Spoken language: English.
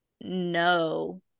no